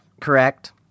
correct